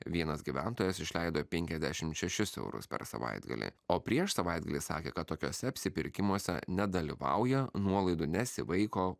vienas gyventojas išleido penkiadešim šešis eurus per savaitgalį o prieš savaitgalį sakė kad tokiuose apsipirkimuose nedalyvauja nuolaidų nesivaiko